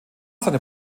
seiner